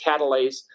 catalase